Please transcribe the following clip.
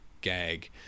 gag